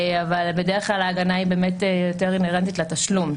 אבל בדרך כלל ההגנה היא באמת יותר אינהרנטית לתשלום,